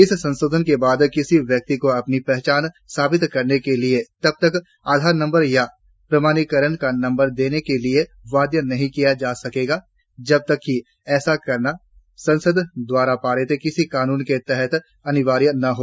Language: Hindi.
इस संशोधन के बाद किसी व्यक्ति को अपनी पहचान साबित करने के लिए तबतक आधार नंबर या प्रमाणीकरन का नंबर देने के लिए बाध्य नहीं किया जा सकेगा जब तक कि ऐसा करना संसद द्वारा पारित किसी कानून के तहत अनिवार्य न हो